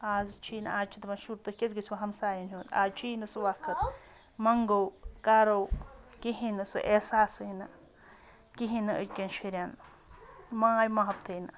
آز چھُے نہٕ آز چھِ دَپان شُر تُہۍ کیٛازِ گٔژھِو ہمسایَن ہُنٛد آز چھُ یی نہٕ سُہ وقت منٛگو کَرو کِہیٖنۍ نہٕ سُہ احساسٕے نہٕ کِہیٖنۍ نہٕ أزۍکٮ۪ن شُرٮ۪ن ماے محبتٕے نہٕ